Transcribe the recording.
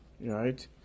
right